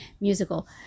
musical